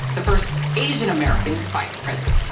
the first asian-american vice president.